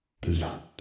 Blood